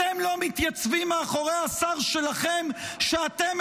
אתם לא מתייצבים מאחורי השר שלכם שאתם